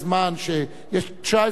יש 19 שאלות אליך,